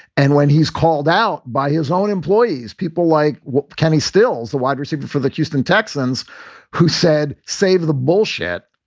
and when he is called out by his own employees, people like kenny stills, the wide receiver for the houston texans who said save the bullshit.